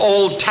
Old